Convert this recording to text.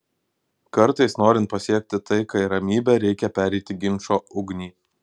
kartais norint pasiekti taiką ir ramybę reikia pereiti ginčo ugnį